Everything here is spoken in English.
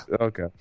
Okay